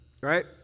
right